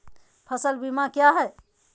फ़सल बीमा क्या है?